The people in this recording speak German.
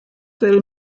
del